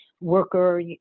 worker